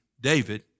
David